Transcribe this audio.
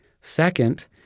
Second